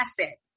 asset